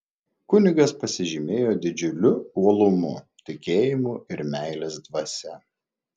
kunigas pasižymėjo didžiuliu uolumu tikėjimu ir meilės dvasia